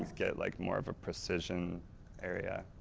get like more of a precision area.